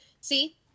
See